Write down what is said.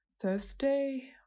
Thursday